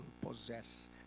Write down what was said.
possess